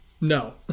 No